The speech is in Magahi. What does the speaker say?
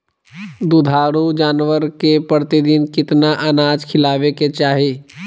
दुधारू जानवर के प्रतिदिन कितना अनाज खिलावे के चाही?